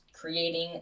creating